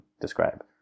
describe